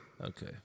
Okay